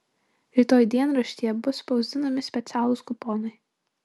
rytoj dienraštyje bus spausdinami specialūs kuponai